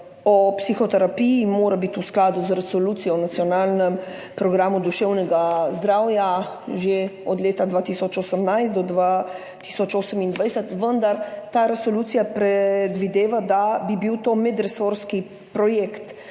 o psihoterapiji mora biti v skladu z Resolucijo o nacionalnem programu duševnega zdravja 2018–2028, vendar ta resolucija predvideva, da bi bil to medresorski projekt,